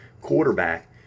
quarterback